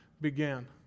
began